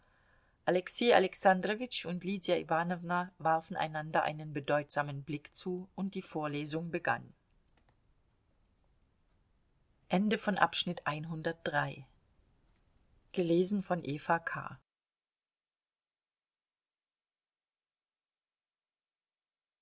alexei alexandrowitsch und lydia iwanowna warfen einander einen bedeutsamen blick zu und die vorlesung begann